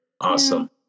Awesome